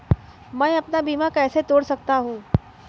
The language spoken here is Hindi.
मैं अपना बीमा कैसे तोड़ सकता हूँ?